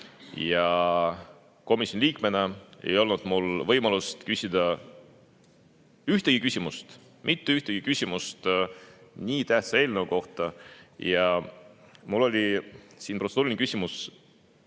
Komisjoni liikmena ei olnud mul võimalust küsida ühtegi küsimust, mitte ühtegi küsimust nii tähtsa eelnõu kohta. Mul on protseduuriline küsimus